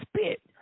spit